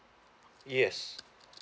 yes